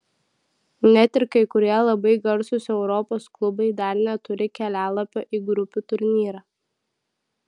net ir kai kurie labai garsūs europos klubai dar neturi kelialapio į grupių turnyrą